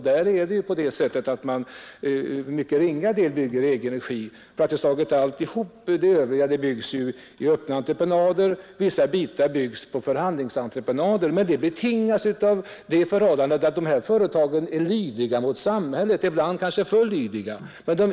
Där bygger man till mycket ringa del i egen regi — praktiskt taget allt övrigt byggs på öppna entreprenader, och vissa bitar byggs på förhandlingsentreprenader. Men detta betingas av det förhållandet att de här företagen är lydiga mot samhället — ibland kanske för lydiga.